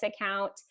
account